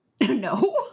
No